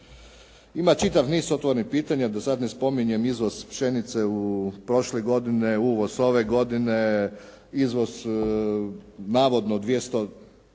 Ima čitav niz otvorenih pitanja da sada ne spominjem izvoz pšenice prošle godine, uvoz ove godine, izvoz navodno 200